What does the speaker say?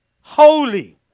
holy